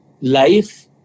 life